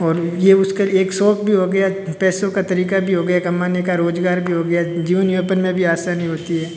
और ये उसका एक शौक भी हो गया पैसों का तरीका भी हो गया कमाने का रोजगार भी हो गया जीवन यापन में भी आसानी होती है